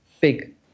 big